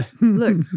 look